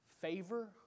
favor